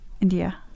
India